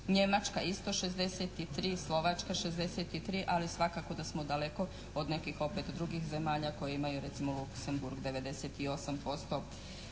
Njemačka isto 63, Slovačka 63 ali svakako da smo daleko od nekih opet drugih zemalja koje imaju recimo Luksemburg 98%,